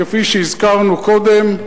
כפי שהזכרנו קודם,